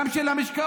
גם של משקאות,